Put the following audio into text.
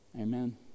Amen